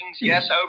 Yes